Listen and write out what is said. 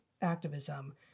activism